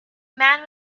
man